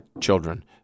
children